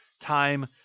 time